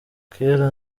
kera